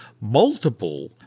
multiple